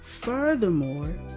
Furthermore